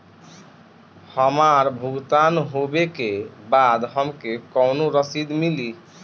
हमार भुगतान होबे के बाद हमके कौनो रसीद मिली?